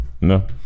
No